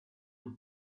with